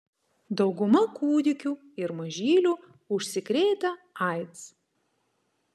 dauguma kūdikių ir mažylių užsikrėtę aids